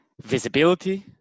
visibility